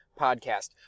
podcast